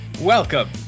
Welcome